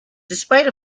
despite